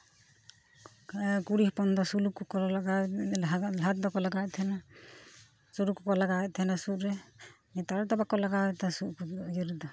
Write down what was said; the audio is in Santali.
ᱠᱩᱲᱤ ᱦᱚᱯᱚᱱ ᱫᱚ ᱥᱩᱞᱟᱹᱠ ᱠᱚᱠᱚ ᱞᱟᱜᱟᱣᱫᱟ ᱞᱟᱦᱟ ᱫᱚ ᱞᱟᱦᱟ ᱛᱮᱫᱚ ᱠᱚ ᱞᱟᱜᱟᱣᱮᱫ ᱛᱟᱦᱮᱱᱟ ᱥᱩᱞᱟᱹᱠ ᱠᱚᱠᱚ ᱞᱟᱜᱟᱣᱮᱫ ᱛᱟᱦᱮᱱᱟ ᱥᱩᱫ ᱨᱮ ᱱᱮᱛᱟᱨ ᱦᱚᱲ ᱫᱚ ᱵᱟᱠᱚ ᱞᱟᱜᱟᱣᱮᱫᱟ ᱥᱩᱫ ᱨᱮ ᱤᱭᱟᱹ ᱨᱮᱫᱚ